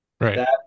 Right